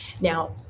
now